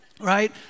right